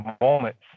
moments